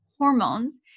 hormones